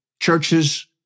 churches